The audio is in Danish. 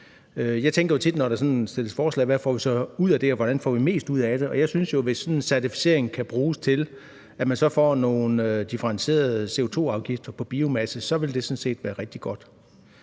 Jeg tænker jo tit, når der sådan stilles forslag: Hvad får vi så ud af det, og hvordan vi får mest ud af det? Og hvis sådan en certificering kan bruges til, at man så får nogle differentierede CO₂-afgifter på biomasse, så synes jeg jo sådan set, at det vil være rigtig godt.